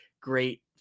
great